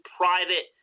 private